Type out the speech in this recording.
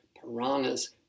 piranhas